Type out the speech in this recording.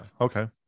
Okay